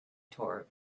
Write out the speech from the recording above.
tour